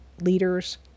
leaders